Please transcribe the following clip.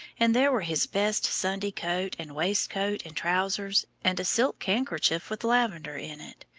and there were his best sunday coat and waistcoat and trousers, and a silk handkerchief with lavender in it,